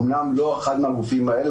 אומנם לא אחד מהגופים האלה,